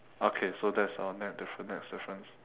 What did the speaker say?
okay so that's our next difference next difference